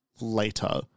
later